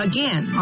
Again